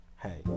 Hey